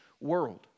world